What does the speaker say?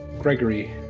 Gregory